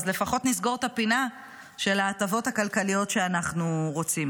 אז לפחות נסגור את הפינה של ההטבות הכלכליות שאנחנו רוצים.